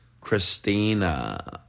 Christina